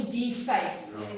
defaced